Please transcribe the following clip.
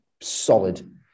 solid